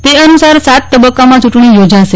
તે અનુસાર સાત તબકકામાં ચુંટણી યોજાશે